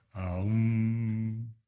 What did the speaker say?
Aum